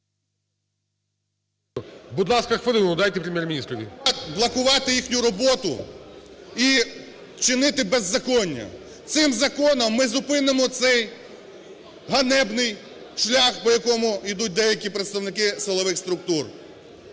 Будь ласка, хвилину дайте Прем'єр-міністрові. ГРОЙСМАН В.Б. Блокувати їхню роботу і чинити беззаконня. Цим законом ми зупинимо цей ганебний шлях, по якому йдуть деякі представники силових структур.